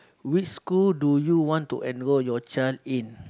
which school do you want to enrol your child in